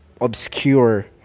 obscure